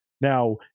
now